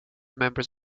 members